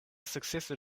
sukceso